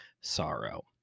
sorrow